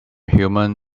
human